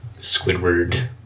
Squidward